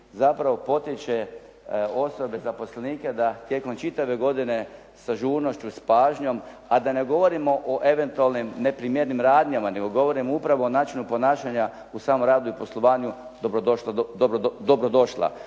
zapravo potiče osobe, zaposlenike da tijekom čitave godine s ažurnošću, s pažnjom a da ne govorimo o eventualnim neprimjerenim radnjama nego govorimo upravo o načinu ponašanja u samom radu i poslovanju dobro došla.